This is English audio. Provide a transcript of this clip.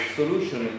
solution